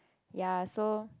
ya so